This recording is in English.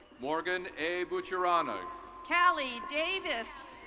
morgan a. mucciarone. ah caleigh davis.